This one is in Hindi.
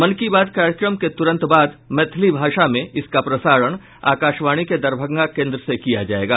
मन की बात कार्यक्रम के तुरंत बाद मैथिली भाषा में इसका प्रसारण आकाशवाणी के दरभंगा केन्द्र से किया जायेगा